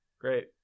Great